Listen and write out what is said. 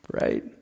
Right